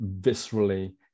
viscerally